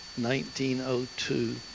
1902